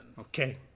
Okay